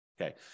Okay